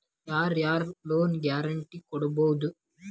ಯಾರ್ ಯಾರ್ loan guarantee ಕೊಡ್ಬೊದು?